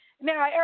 Now